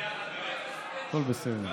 הכול בסדר.